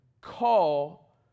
call